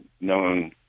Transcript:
known